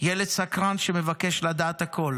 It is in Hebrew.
ילד סקרן שמבקש לדעת הכול,